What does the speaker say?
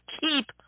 keep